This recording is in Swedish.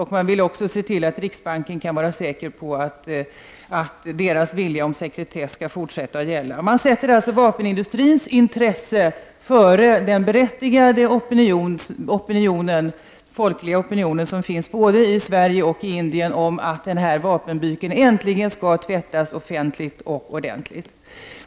Regeringen vill också vara säker på att riksbankens önskemål om sekretess skall fortsätta att gälla. Man sätter alltså vapenindustrins intresse före det berättigade intresse som finns hos den folkliga opinionen, både i Indien och i Sverige, om att denna vapenbyk äntligen skall tvättas offentligt och ordentligt.